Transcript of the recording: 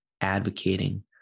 advocating